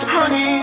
Honey